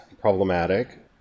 problematic